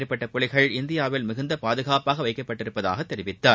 மேற்பட்ட புலிகள் இந்தியாவில் மிகுந்த பாதுகாப்பாக வைக்கப்பட்டுள்ளதாகதெரிவித்தார்